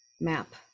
map